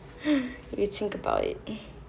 you think about it